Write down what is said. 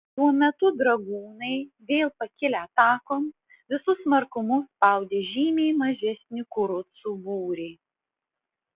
tuo metu dragūnai vėl pakilę atakon visu smarkumu spaudė žymiai mažesnį kurucų būrį